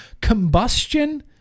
combustion